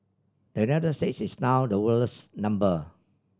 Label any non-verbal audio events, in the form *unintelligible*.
the *unintelligible* is now the world's number